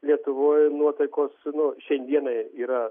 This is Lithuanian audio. lietuvoj nuotaikos nu šiandienai yra